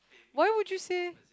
why would you say